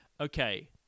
Okay